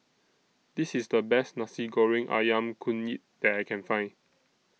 This IS The Best Nasi Goreng Ayam Kunyit that I Can Find